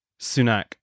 Sunak